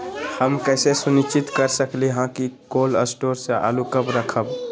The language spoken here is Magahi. हम कैसे सुनिश्चित कर सकली ह कि कोल शटोर से आलू कब रखब?